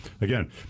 again